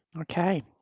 Okay